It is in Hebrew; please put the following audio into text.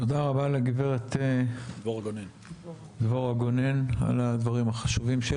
תודה רבה לגברת דבורה גונן על הדברים החשובים,